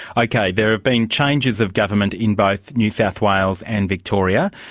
ok there have been changes of government in both new south wales and victoria,